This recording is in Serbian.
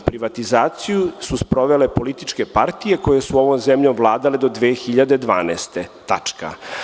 Privatizaciju su sprovele političke partije koje su ovom zemljom vladale do 2012. godine, tačka.